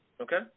Okay